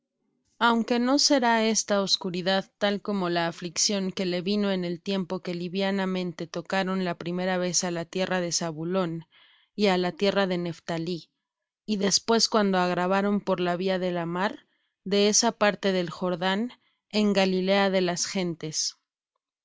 aunque no será esta oscuridad tal como la aflicción que le vino en el tiempo que livianamente tocaron la primera vez á la tierra de zabulón y á la tierra de nephtalí y después cuando agravaron por la vía de la mar de esa parte del jordán en galilea de las gentes